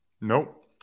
Nope